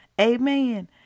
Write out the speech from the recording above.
Amen